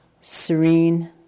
serene